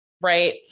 Right